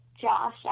Josh